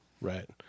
right